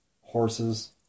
horses